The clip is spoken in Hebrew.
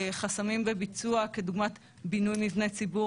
חסמים בביצוע כדוגמת בינוי מבני ציבור,